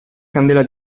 candela